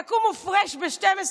תקומו fresh ב-12:00,